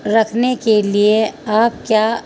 رکھنے کے لیے آپ کیا